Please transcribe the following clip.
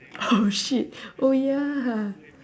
oh shit oh ya